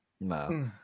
No